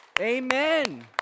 Amen